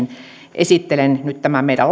esittelen nyt tämän meidän